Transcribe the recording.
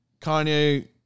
Kanye